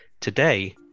Today